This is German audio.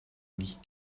nicht